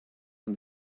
and